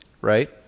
right